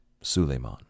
Suleiman